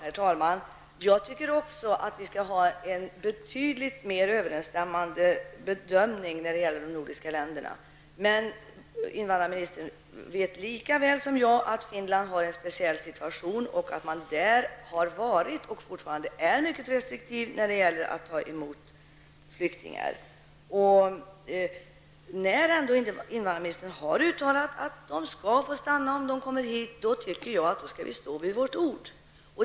Herr talman! Även jag anser att de nordiska länderna skall göra betydligt mer överensstämmande bedömningar. Invandrarministern vet lika väl som jag att Finland har en speciell situation och att man där har varit och fortfarande är mycket restriktiv när det gäller att ta emot flyktingar. Eftersom invandrarministern har uttalat att dessa balter skall få stanna i Sverige om de kommer hit anser jag att hon skall stå vid sitt ord.